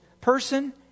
person